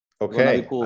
okay